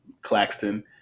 Claxton